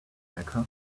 mecca